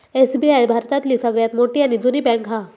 SBI भारतातली सगळ्यात मोठी आणि जुनी बॅन्क हा